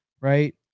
right